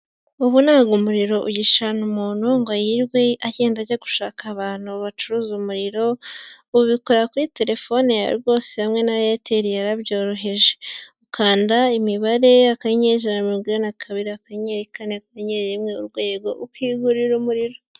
Ubu ntabwo umuriro ugishirana umuntu ngo yirirwe agenda ajya gushaka abantu bacuruza umuriro, ubikora kuri telefoni ya rwose hamwe na Airtel yarabyoroheje, ukanda imibare akanyenyeri ijana na mirongo inani na kabiri akanyenyeri kane urwego, ukigurira umuriro.